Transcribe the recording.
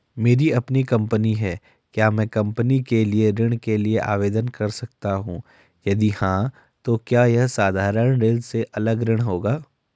मेरी अपनी कंपनी है क्या मैं कंपनी के लिए ऋण के लिए आवेदन कर सकता हूँ यदि हाँ तो क्या यह साधारण ऋण से अलग होगा?